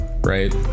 right